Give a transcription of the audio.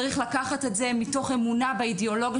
צריך לקחת את זה מתוך אמונה באידיאולוגיה